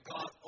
God